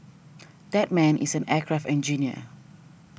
that man is an aircraft engineer